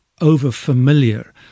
over-familiar